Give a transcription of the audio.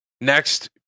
Next